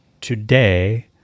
today